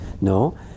No